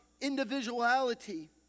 individuality